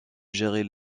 gérer